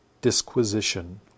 disquisition